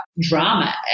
drama